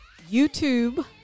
YouTube